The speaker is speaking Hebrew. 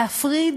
להפריד